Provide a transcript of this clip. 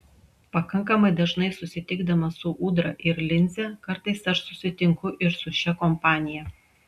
pakankamai dažnai susitikdamas su ūdra ir linze kartais aš susitinku ir su šia kompanija